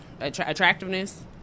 attractiveness